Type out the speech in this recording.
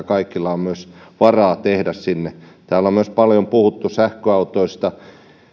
kaikilla on myös varaa siihen täällä on myös paljon puhuttu sähköautoista